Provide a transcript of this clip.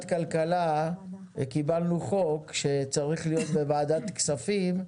כלכלה קיבלנו חוק שצריך להיות בוועדת כספים.